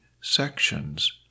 sections